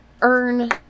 earn